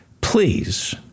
please